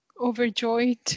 overjoyed